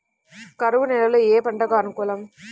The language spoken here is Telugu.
కరువు నేలలో ఏ పంటకు అనుకూలం?